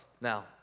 now